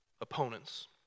Opponents